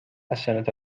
السنة